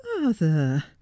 father